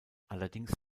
allerdings